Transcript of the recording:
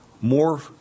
more